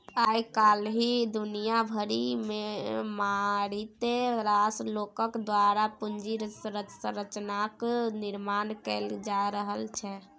आय काल्हि दुनिया भरिमे मारिते रास लोकक द्वारा पूंजी संरचनाक निर्माण कैल जा रहल छै